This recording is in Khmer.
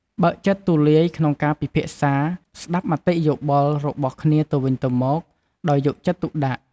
បើកចិត្តទូលាយក្នុងការពិភាក្សា ស្ដាប់មតិយោបល់របស់គ្នាទៅវិញទៅមកដោយយកចិត្តទុកដាក់។